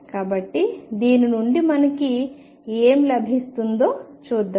కాబట్టి దీని నుండి మనకు ఏమి లభిస్తుందో చూద్దాం